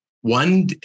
one